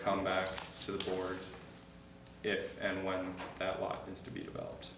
come back to the board if and when that lot is to be about